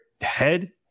head